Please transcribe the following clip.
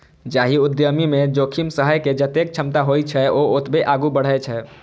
जाहि उद्यमी मे जोखिम सहै के जतेक क्षमता होइ छै, ओ ओतबे आगू बढ़ै छै